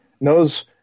knows